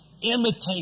Imitate